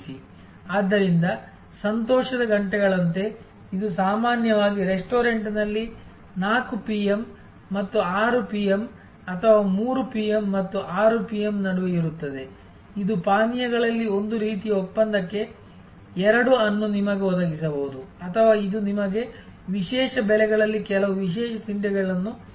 ಆದ್ದರಿಂದ ಸಂತೋಷದ ಗಂಟೆಗಳಂತೆ ಇದು ಸಾಮಾನ್ಯವಾಗಿ ರೆಸ್ಟೋರೆಂಟ್ನಲ್ಲಿ 4 PM ಮತ್ತು 6 PM ಅಥವಾ 3 PM ಮತ್ತು 6 PM ನಡುವೆ ಇರುತ್ತದೆ ಇದು ಪಾನೀಯಗಳಲ್ಲಿ 1 ರೀತಿಯ ಒಪ್ಪಂದಕ್ಕೆ 2 ಅನ್ನು ನಿಮಗೆ ಒದಗಿಸಬಹುದು ಅಥವಾ ಇದು ನಿಮಗೆ ವಿಶೇಷ ಬೆಲೆಗಳಲ್ಲಿ ಕೆಲವು ವಿಶೇಷ ತಿಂಡಿಗಳನ್ನು ಒದಗಿಸುತ್ತದೆ